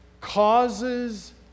causes